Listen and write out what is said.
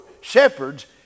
shepherds